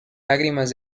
lágrimas